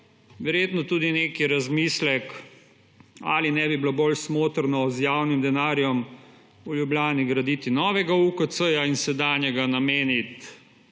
Verjetno tudi nek razmislek, ali ne bi bilo bolj smotrno z javnim denarjem v Ljubljani graditi novega UKC in sedanjega nameniti